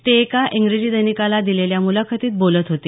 ते एका इंग्रजी दैनिकाला दिलेल्या मुलाखतीत बोलत होते